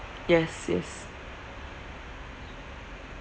yes yes